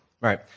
right